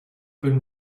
been